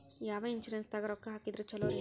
ಯಾವ ಇನ್ಶೂರೆನ್ಸ್ ದಾಗ ರೊಕ್ಕ ಹಾಕಿದ್ರ ಛಲೋರಿ?